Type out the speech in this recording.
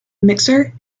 mixer